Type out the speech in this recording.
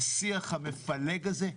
השיח המפלג הזה,